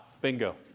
Bingo